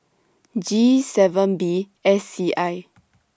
G seven B S C I